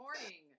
morning